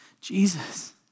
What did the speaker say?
Jesus